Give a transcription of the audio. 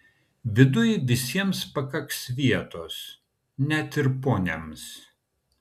viduj visiems pakaks vietos net ir poniams